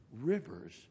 Rivers